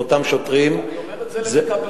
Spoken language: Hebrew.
אלה אותם שוטרים, אני אומר את זה למקבלי